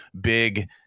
big